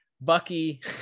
Bucky